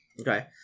Okay